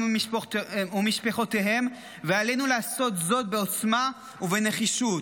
ומשפחותיהם ועלינו לעשות זאת בעוצמה ובנחישות.